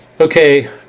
Okay